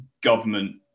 government